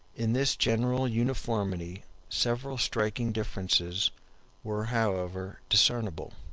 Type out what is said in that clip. in this general uniformity several striking differences were however discernible,